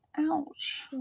Ouch